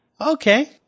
Okay